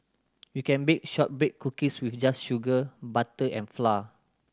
you can bake shortbread cookies just with sugar butter and flour